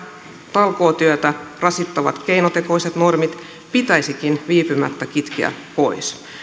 talkootyötä rasittavat keinotekoiset normit pitäisikin viipymättä kitkeä pois